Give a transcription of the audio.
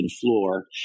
floor